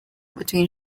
between